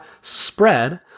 spread